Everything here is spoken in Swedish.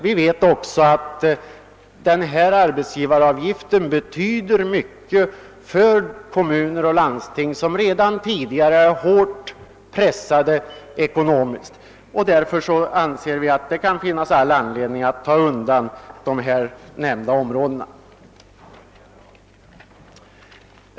Vi vet också att arbetsgivaravgiften betyder mycket för kommuner och landsting, som redan tidigare är hårt pressade ekonomiskt. Därför anser vi att det finns all anledning att undantaga dessa områden.